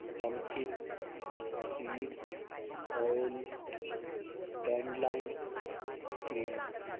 pumpkin seeds oil dandelion greens